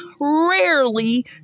rarely